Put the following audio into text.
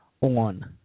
on